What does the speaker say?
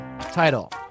Title